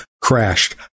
crashed